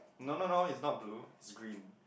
no no no it's not blue it's green